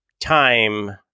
time